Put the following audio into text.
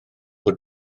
bod